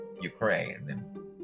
Ukraine